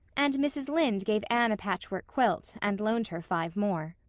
and mrs. lynde gave anne a patchwork quilt and loaned her five more.